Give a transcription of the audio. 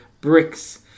bricks